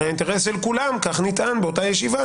הרי, האינטרס של כולם כך נטען באותה הישיבה